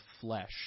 flesh